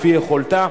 לפי יכולתה.